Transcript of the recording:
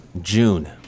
June